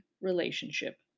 relationship